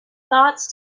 thoughts